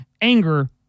anger